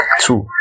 Two